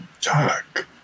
talk